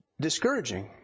discouraging